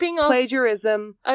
plagiarism